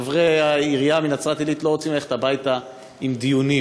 שחברי העירייה מנצרת-עילית לא רוצים ללכת הביתה עם דיונים.